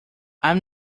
i’m